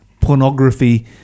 pornography